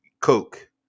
coke